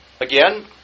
again